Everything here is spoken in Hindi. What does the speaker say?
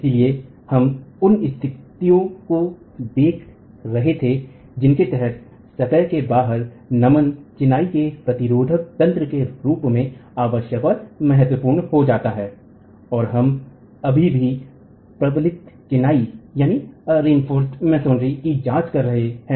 इसलिए हम उन स्थितियों को देख रहे थे जिनके तहत सतह के बाहर नमन चिनाई के प्रतिरोधक तंत्र के रूप में आवश्यक और महत्वपूर्ण हो जाता है और हम अभी भी अप्रबलित चिनाई की जांच कर रहे हैं